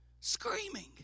screaming